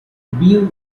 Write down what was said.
bea